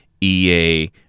EA